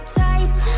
tights